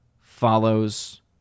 follows